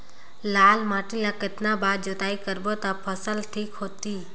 लाल माटी ला कतना बार जुताई करबो ता फसल ठीक होती?